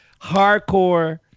hardcore